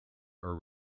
are